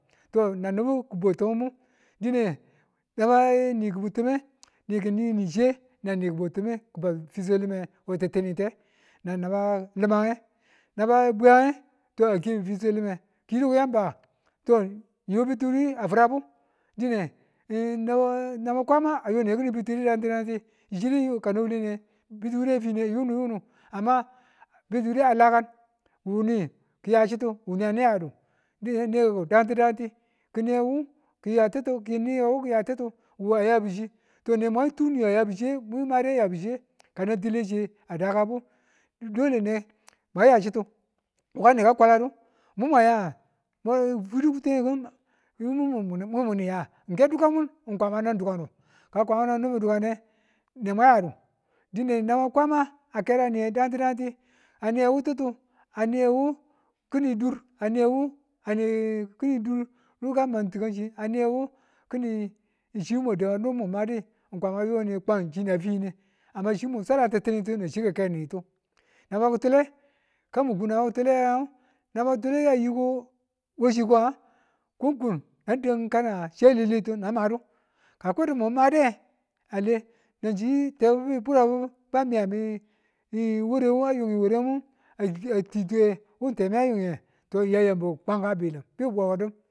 To nan nibu ki bwau timinbu dine naba ni ki bwau time, nanni kinini chiye nan ni ki bwautime ki bau fiswe lima we titinite nan naba limange naba bwiyange to a kebu fiswe limange kiyidu ko yan ba. Hiyo betiwuria firabu dine haba hwama ayo beti wuridangti dangti dineka wuwule niye beti wuri lakan, wuni kiya chitu wuni ane yadu dinedu danti changti kiniyewu kiya titu kinye wu ki ya titu wu a yabu chi anemwa tuni a yabu chiye mwi mayire mwa yabu chiye? adakabu dole ne muya chitu wukani ka kwadadu nu mwaya fwidu kute wekin mwimun muya ke dukan mun kwama nin dukannu kano kwama nibu dukane nemwa yadu n naba kwa a kera niye dangti dangti aniyewu titu aniyewu kini dur aniyewu ane kini duru kan tikanti chiyewe, aniyewu kini chimwa daba nirmun mwanu madichi ni chda titinitu nanchi ki kainitu haba kitule kan ngu mwaku nala kituleye wachi ko nga kokun na dang kana chi aleletu na madu kaku edu mu madi ale nanchi tebubu burabu bamiyamitu warewu ba yungi warewu a kituwe bi temiye miyamiyenbu miya yambibu ka bilim bi bi wawadu